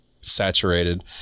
saturated